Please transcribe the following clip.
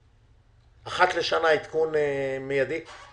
כאלה של עדכון מיידי אחת לשנה?